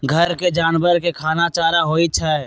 घर के जानवर के खाना चारा होई छई